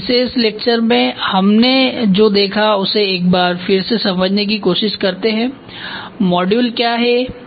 इस विशेष व्याख्यान में हमने जो देखा उसे एक बार फिर से समझने कि कोशिश करते है मॉड्यूल क्या हैं